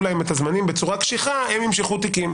להם את הזמנים בצורה קשיחה הם ימשכו תיקים.